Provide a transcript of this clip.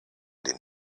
den